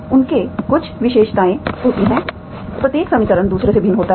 उनके कुछ विशेषताएं होती हैं प्रत्येक समीकरण दूसरे से भिन्न होता है